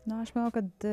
nu aš manau kad